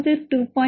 47 கழித்தல் 0